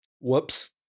Whoops